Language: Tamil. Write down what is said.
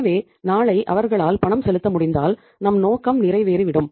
எனவே நாளை அவர்களால் பணம் செலுத்த முடிந்தால் நம் நோக்கம் நிறைவேறிவிடும்